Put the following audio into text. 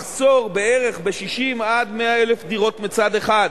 מחסור ב-60,000 100,000 דירות מצד אחד,